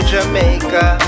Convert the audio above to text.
Jamaica